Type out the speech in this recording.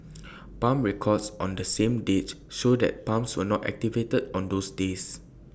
pump records on the same dates show that the pumps were not activated on those days